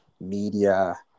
media